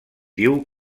diu